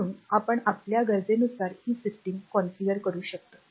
म्हणून आपण आपल्या गरजेनुसार ही सिस्टम कॉन्फिगर करू शकतो